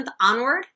onward